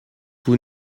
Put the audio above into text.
vous